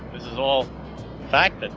this is all fact, but